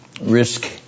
risk